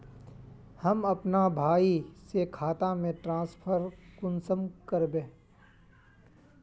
हम अपना भाई के खाता में ट्रांसफर कुंसम कारबे?